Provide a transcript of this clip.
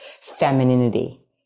femininity